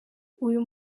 uyu